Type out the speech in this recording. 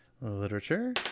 Literature